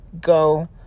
go